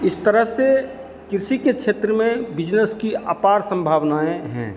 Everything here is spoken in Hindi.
इस तरह से किसी के छेत्र में बिजनेस की अपार संभावनाएँ है